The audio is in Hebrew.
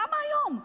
למה היום?